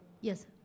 Yes